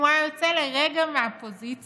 אם הוא היה יוצא לרגע מהפוזיציה,